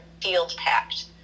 field-packed